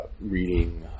reading